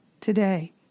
today